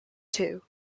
too